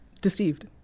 deceived